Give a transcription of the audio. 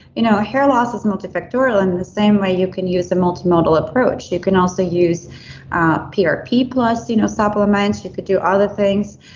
you know hair loss is multifactorial in the same way you can use a multi-modal approach. you can also use ah prp plus you know supplements. you could do other things.